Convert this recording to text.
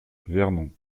vernon